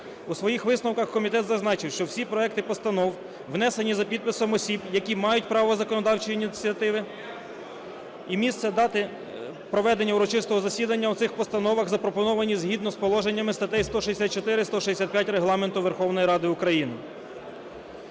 у своїх висновках комітет зазначив, що всі проекти постанов внесені за підписом осіб, які мають право законодавчої ініціативи, і місце, дати проведення урочистого засідання у цих постановах запропоновані згідно з положеннями статей 164-165 Регламенту Верховної Ради України.